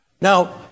Now